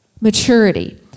Maturity